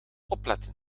opletten